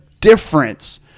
difference